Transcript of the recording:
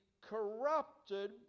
corrupted